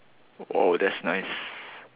that's nice